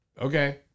Okay